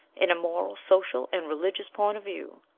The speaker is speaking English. in a moral, social, and religious point of view.